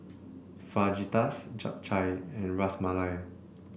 Fajitas Japchae and Ras Malai